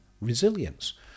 resilience